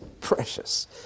precious